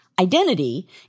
identity